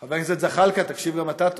חבר הכנסת זחאלקה, תקשיב גם אתה טוב.